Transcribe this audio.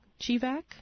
Chivac